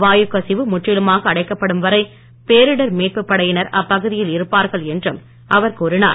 வாயுக் கசிவு முற்றிலுமாக அடைக்கப்படும் வரை பேரிடர் மீட்பு படையினர் அப்பகுதியில் இருப்பார்கள் என்றும் அவர் கூறினார்